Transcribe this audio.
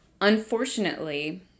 Unfortunately